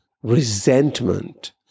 resentment